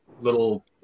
little